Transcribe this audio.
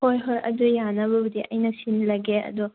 ꯍꯣꯏ ꯍꯣꯏ ꯑꯗꯨ ꯌꯥꯅꯕꯕꯨꯗꯤ ꯑꯩꯅ ꯁꯤꯜꯂꯒꯦ ꯑꯗꯣ